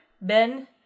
Ben